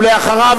ואחריו,